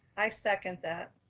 i second that.